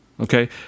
Okay